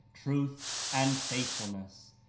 truth and faithfulness.